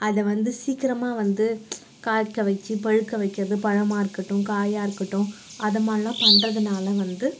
அதை வந்து சீக்கிரமாக வந்து காய்க்க வெச்சு பழுக்க வைக்கிறது பழமாக இருக்கட்டும் காயாக இருக்கட்டும் அதை மாரிலாம் பண்றதுனால் வந்து